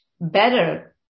better